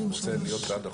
מי נמנע?